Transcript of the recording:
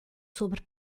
sobre